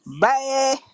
Bye